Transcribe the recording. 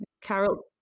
Carol